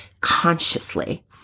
consciously